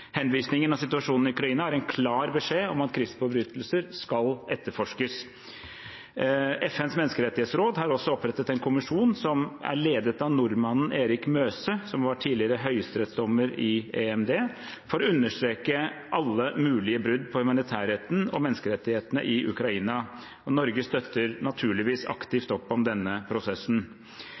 klar beskjed om at krigsforbrytelser skal etterforskes. FNs menneskerettighetsråd har også opprettet en kommisjon som er ledet av nordmannen Erik Møse, tidligere høyesterettsdommer og dommer ved EMD, for å understreke alle mulige brudd på humanitærretten og menneskerettighetene i Ukraina. Norge støtter naturligvis aktivt opp om denne prosessen.